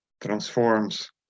transforms